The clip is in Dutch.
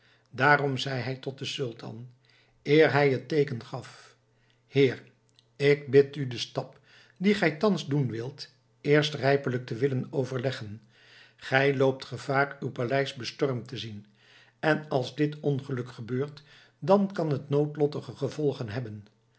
daarom zei hij tot den sultan eer hij het teeken gaf heer ik bid u den stap dien gij thans doen wilt eerst rijpelijk te willen overleggen gij loopt gevaar uw paleis bestormd te zien en als dit ongeluk gebeurt dan kan het noodlottige gevolgen hebben